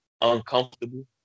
uncomfortable